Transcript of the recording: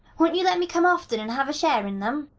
won't you let me come often and have a share in them?